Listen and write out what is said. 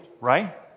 right